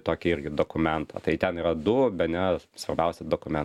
tokį irgi dokumentą tai ten yra du bene svarbiausi dokumentai